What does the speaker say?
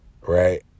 right